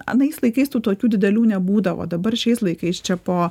anais laikais tų tokių didelių nebūdavo dabar šiais laikais čia po